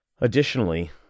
Additionally